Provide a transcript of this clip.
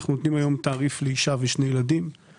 אנחנו נותנים היום תעריף לאישה ושני ילדים.